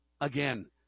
Again